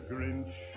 Grinch